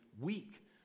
Week